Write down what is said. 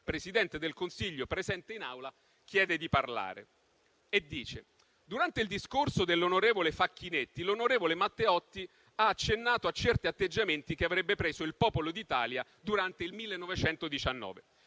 Presidente del Consiglio presente in Aula, chiese di parlare, dicendo: «Durante il discorso dell'onorevole Facchinetti l'onorevole Matteotti ha accennato a certi atteggiamenti che avrebbe preso il "Popolo d'Italia" durante il 1919.